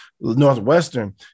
Northwestern